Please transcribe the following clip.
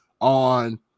on